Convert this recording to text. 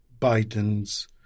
Biden's